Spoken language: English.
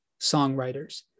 songwriters